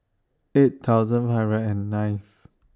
eight thousand hundred and nineth